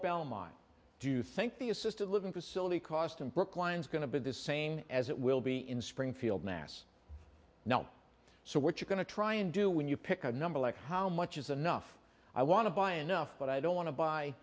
belmont do you think the assisted living facility cost in brookline is going to be the same as it will be in springfield mass now so what you're going to try and do when you pick a number like how much is enough i want to buy enough but i don't want to buy